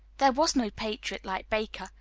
there was no patriot like baker,